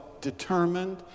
determined